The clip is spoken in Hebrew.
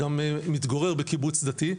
גם מתגורר בקיבוץ דתי,